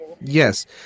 Yes